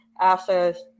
access